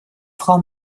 frau